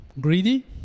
greedy